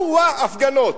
או-אה, הפגנות.